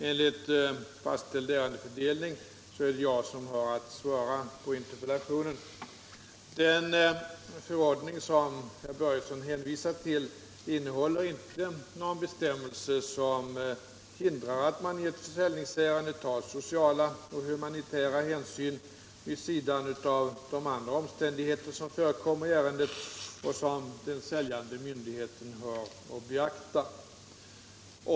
Enligt fastställd ärendefördelning är det jag som har att besvara interpellationen. Den förordning som herr Börjesson hänvisar till innehåller inte någon bestämmelse som hindrar att man i ett försäljningsärende tar hänsyn till sociala och humanitära synpunkter vid sidan av de andra omständigheter som förekommer i ärendet och som den säljande myndigheten har att beakta.